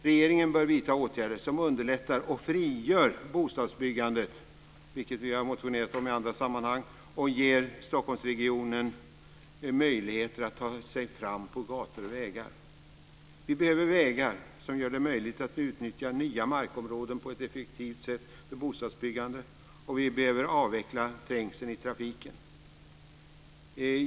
Regeringen bör vidta åtgärder som underlättar och frigör bostadsbyggandet, vilket vi har motionerat om i andra sammanhang, och ge människorna i Stockholmsregionen möjligheter att ta sig fram på gator och vägar. Vi behöver vägar som gör det möjligt att utnyttja nya markområden på ett effektivt sätt för bostadsbyggande, och vi behöver avveckla trängseln i trafiken.